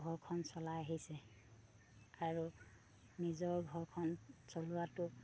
ঘৰখন চলাই আহিছে আৰু নিজৰ ঘৰখন চলোৱাটো